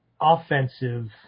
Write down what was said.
offensive